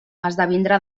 esdevindrà